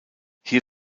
hier